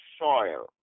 soil